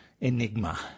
Enigma